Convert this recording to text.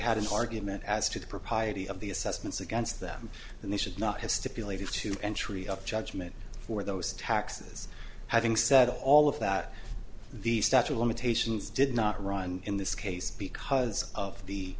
had an argument as to the propriety of the assessments against them and they should not have stipulated to entry of judgment for those taxes having said all of that the statue of limitations did not run in this case because of the